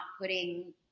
putting